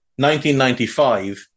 1995